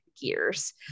gears